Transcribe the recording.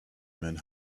men